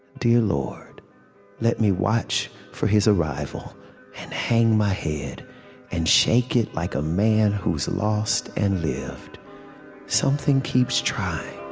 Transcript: dear lord let me watch for his arrival and hang my head and shake it like a man who's lost and lived something keeps trying,